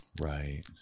Right